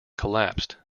collapsed